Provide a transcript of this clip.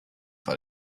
vor